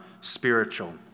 spiritual